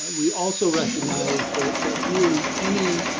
and we also recognize that that really any,